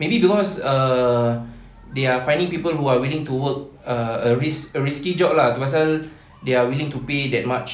maybe cause err they are finding people who are willing to work uh a risk a risky job lah tu pasal they are willing to pay that much